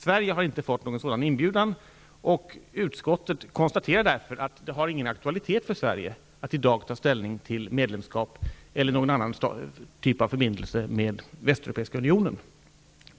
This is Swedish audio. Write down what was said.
Sverige har inte fått någon sådan inbjudan, och utskottet konstaterar därför att det inte har någon aktualitet för Sverige att i dag ta ställning till medlemskap eller någon annan typ av förbindelse med Västeuropeiska unionen.